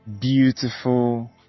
beautiful